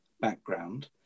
background